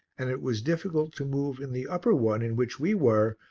and it was difficult to move in the upper one in which we were,